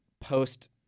post